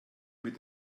mit